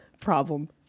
problem